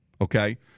okay